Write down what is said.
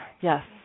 yes